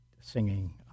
singing